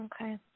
Okay